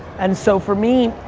and so for me,